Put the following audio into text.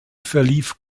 verlief